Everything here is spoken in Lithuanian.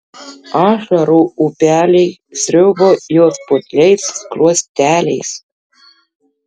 ašarų upeliai sruvo jos putliais skruosteliais